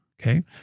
Okay